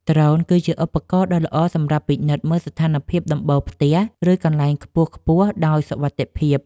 ដ្រូនគឺជាឧបករណ៍ដ៏ល្អសម្រាប់ពិនិត្យមើលស្ថានភាពដំបូលផ្ទះ ឬកន្លែងខ្ពស់ៗដោយសុវត្ថិភាព។